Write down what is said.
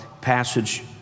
passage